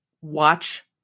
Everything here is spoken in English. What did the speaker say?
watch